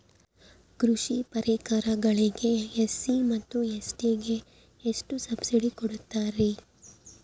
ಕೃಷಿ ಪರಿಕರಗಳಿಗೆ ಎಸ್.ಸಿ ಮತ್ತು ಎಸ್.ಟಿ ಗೆ ಎಷ್ಟು ಸಬ್ಸಿಡಿ ಕೊಡುತ್ತಾರ್ರಿ?